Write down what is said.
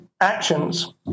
actions